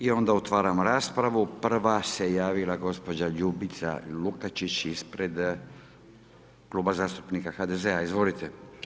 I onda otvaram raspravu, prva se javila gospođa Ljubica Lukačić ispred Kluba zastupnika HDZ-a, izvolite.